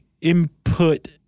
input